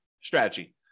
strategy